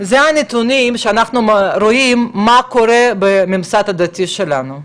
יש את הנתונים שמראים לנו מה קורה בממסד הדתי שלנו,